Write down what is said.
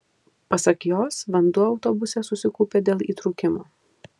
pasak jos vanduo autobuse susikaupė dėl įtrūkimo